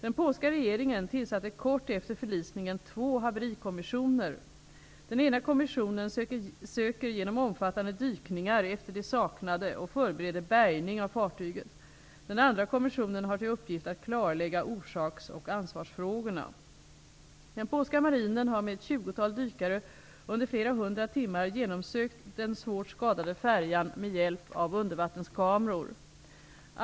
Den polska regeringen tillsatte kort efter förlisningen två haverikommissioner. Den ena kommissionen söker genom omfattande dykningar efter de saknade och förbereder bärgning av fartyget. Den andra kommissionen har till uppgift att klarlägga orsaks och ansvarsfrågorna. Den polska marinen har med ett tjugotal dykare under flera hundra timmar genomsökt den svårt skadade färjan med hjälp av undervattenskameror.